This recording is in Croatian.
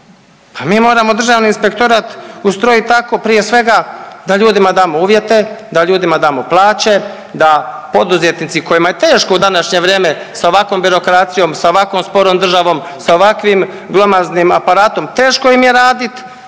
mi moramo Državni inspektorat ustrojit tako prije svega da ljudima damo uvjete, da ljudima damo plaće, da poduzetnici kojima je teško u današnje vrijeme sa ovakvom birokracijom, sa ovako sporom državom, sa ovakvim glomaznim aparatom teško im je radit.